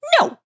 No